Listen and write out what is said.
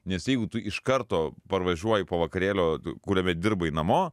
nes jeigu tu iš karto parvažiuoji po vakarėlio kuriame dirbai namo